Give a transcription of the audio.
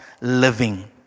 living